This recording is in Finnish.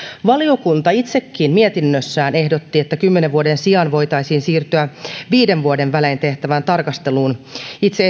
valiokunta itsekin mietinnössään ehdotti että kymmenen vuoden sijaan voitaisiin siirtyä viiden vuoden välein tehtävään tarkasteluun itse